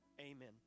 Amen